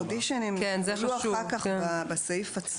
האודישנים יהיו אחר כך בסעיף עצמו.